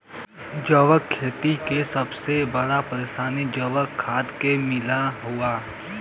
जैविक खेती के सबसे बड़ा परेशानी जैविक खाद के मिलले हौ